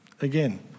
Again